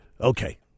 Okay